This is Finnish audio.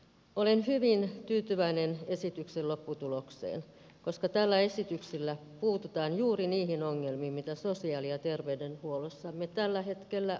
olen hyvin tyytyväinen esityksen lopputulokseen koska tällä esityksellä puututaan juuri niihin ongelmiin mitä sosiaali ja terveydenhuollossamme tällä hetkellä on